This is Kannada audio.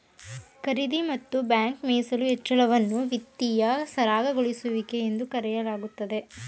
ಖರೀದಿ ಮತ್ತು ಬ್ಯಾಂಕ್ ಮೀಸಲು ಹೆಚ್ಚಳವನ್ನ ವಿತ್ತೀಯ ಸರಾಗಗೊಳಿಸುವಿಕೆ ಎಂದು ಕರೆಯಲಾಗುತ್ತೆ